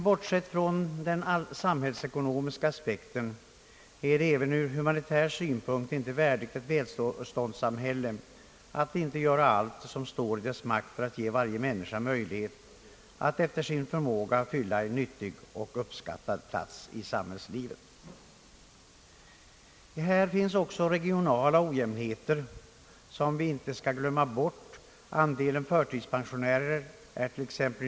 Bortsett från den samhällsekonomiska aspekten är det även ur humanitär synvinkel inte värdigt ett välståndssamhälle att inte göra vad som står i dess makt för att ge varje människa möjlighet att efter sin arbetsförmåga fylla en nyttig och uppskattad plats i samhällslivet. Här finns också regionala ojämnheter, som vi inte skall glömma bort. Andelen förtidspensionärer är tt.ex.